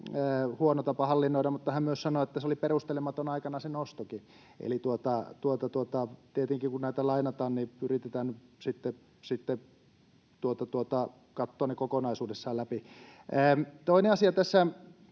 huono tapa hallinnoida, mutta hän sanoi myös, että se nostokin oli perustelematon aikanaan. Eli tietenkin, kun näitä lainataan, yritetään sitten katsoa ne kokonaisuudessaan läpi. Toinen asia: Täällä